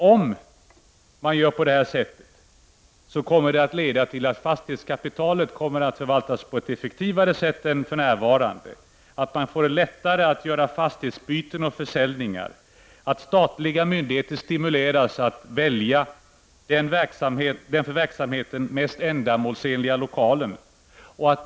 Om man gör på detta sätt kommer det att leda till att fastighetskapitalet förvaltas på ett effektivare sätt än för närvarande. Man får lättare att göra fastighetsbyten och försäljningar, och statliga myndigheter stimuleras att välja den för verksamheten mest ändamålsenliga lokalen.